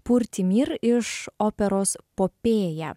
pur ti mir iš operos popėja